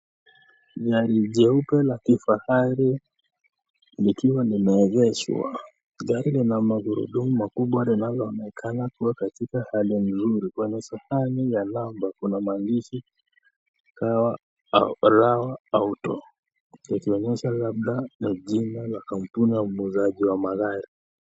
Gari jeupe la kifahari likiwa limeegeshwa. Gari lina magurudumu makubwa linaloonekana kuwa katika hali nzuri. Kwenye sahani ya namba kuna maandishi Rawa Auto likionyesha labda ni jina la kampuni ya muuzaji wa magari.